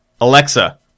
Alexa